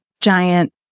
giant